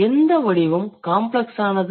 எந்த வடிவம் காம்ப்ளக்ஸானது